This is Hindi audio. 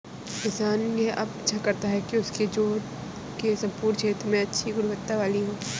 किसान यह अपेक्षा करता है कि उसकी जोत के सम्पूर्ण क्षेत्र में अच्छी गुणवत्ता वाली हो